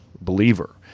believer